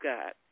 God